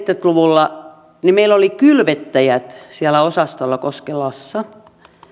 luvulla meillä oli kylvettäjät siellä osastolla koskelassa